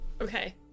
Okay